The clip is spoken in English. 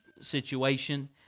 situation